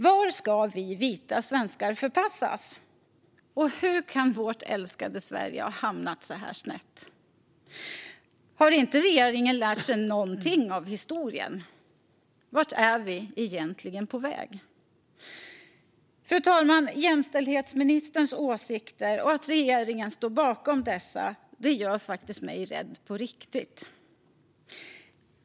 Vart ska vi vita svenskar förpassas? Hur kan vårt älskade Sverige ha hamnat så här snett? Har inte regeringen lärt sig något av historien? Vart är vi egentligen på väg? Fru talman! Jämställdhetsministerns åsikter och att regeringen står bakom dessa gör mig faktiskt rädd på riktigt.